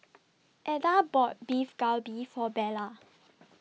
Eda bought Beef Galbi For Bella